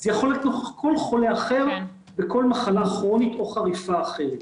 זה יכול להיות נוכח כל חולה אחר בכל מחלה כרונית או חריפה אחרת.